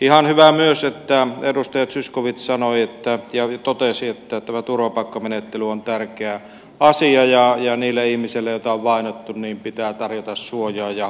ihan hyvä myös että edustaja zyskowicz totesi että tämä turvapaikkamenettely on tärkeä asia ja niille ihmisille joita on vainottu pitää tarjota suojaa ja turvaa